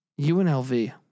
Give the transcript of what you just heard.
UNLV